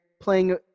playing